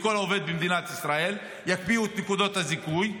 לכל עובד במדינת ישראל יקפיאו את נקודות הזיכוי,